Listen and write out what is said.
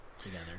together